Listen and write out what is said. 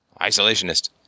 Isolationist